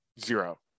zero